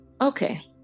okay